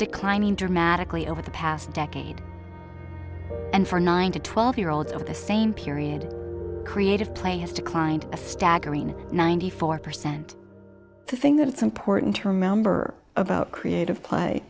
declining dramatically over the past decade and for nine to twelve year olds of the same period creative play has declined a staggering ninety four percent think that it's important to remember about creative p